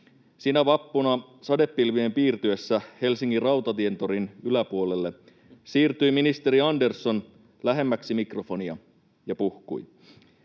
Sinä vappuna sadepilvien piirtyessä Helsingin rautatientorin yläpuolelle siirtyi ministeri Andersson lähemmäksi mikrofonia ja puhkui.